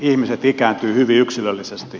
ihmiset ikääntyvät hyvin yksilöllisesti